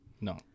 No